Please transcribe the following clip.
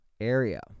area